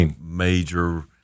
major